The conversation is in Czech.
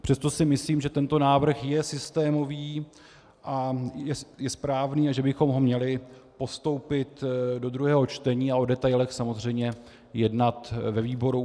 Přesto si myslím, že tento návrh je systémový a je správný a že bychom ho měli postoupit do druhého čtení a o detailech samozřejmě jednat ve výboru.